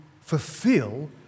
fulfill